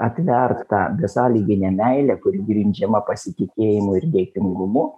atvert tą besąlyginę meilę kuri grindžiama pasitikėjimu ir dėkingumu